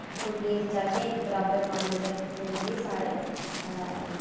कुड़ियें ई ते जागतें ई इक बराबर मानता दित्ती जंदी ऐ साढ़े